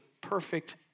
perfect